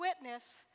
witness